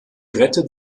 rettet